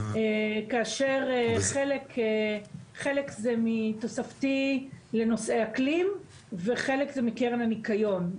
כאשר חלק זה מתוספתי לנושא אקלים וחלק זה מקרן הניקיון.